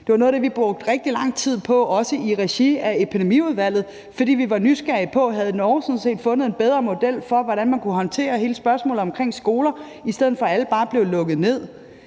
Det var noget af det, vi brugte rigtig lang tid på, også i regi af Epidemiudvalget, fordi vi var nysgerrige på, om Norge sådan set havde fundet en bedre model for, hvordan man kunne håndtere hele spørgsmålet omkring skoler, i stedet for at alle bare blev lukket ned.